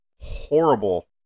horrible